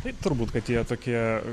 taip turbūt kad jie tokie